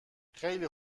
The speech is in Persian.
خیلی